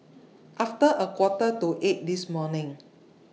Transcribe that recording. after A Quarter to eight This morning